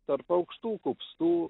tarp aukštų kupstų